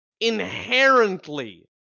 Inherently